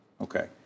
Okay